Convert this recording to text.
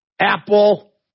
Apple